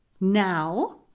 now